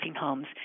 homes